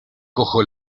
cojo